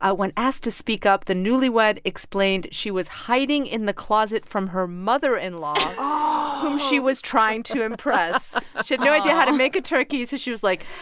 ah when asked to speak up, the newlywed explained she was hiding in the closet from her mother-in-law whom she was trying to impress no idea how to make a turkey. so she was, like,